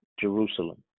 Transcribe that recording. Jerusalem